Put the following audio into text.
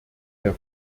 der